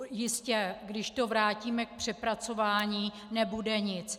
Jistě, když to vrátíme k přepracování, nebude nic.